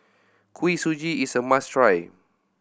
Kuih Suji is a must try